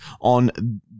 on